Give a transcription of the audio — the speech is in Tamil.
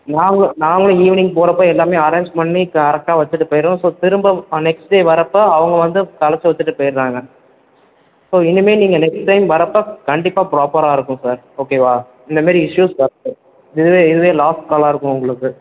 நாங்கள் நாங்களும் ஈவினிங் போறப்போ எல்லாமே அரேஞ் பண்ணி கரெக்டாக வச்சிவிட்டு போயிடுறோம் திரும்ப நெக்ஸ்ட் டே வரப்போ அவங்க வந்து கலைச்சி வச்சிவிட்டு போயிடுறாங்க ஸோ இனிமே நீங்கள் நெக்ஸ்ட் டைம் வரப்போ கண்டிப்பாக ப்ராப்பராக இருக்கும் சார் ஓகேவா இந்த மாரி இஸ்யூஸ் வராது இதுவே இதுவே லாஸ்ட் காலாக இருக்கும் உங்களுக்கு